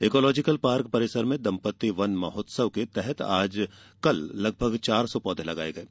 ecological park परिसर में दम्पत्ति वन महोत्सव के तहत आज लगभग चार सौ पौधे लगाये गये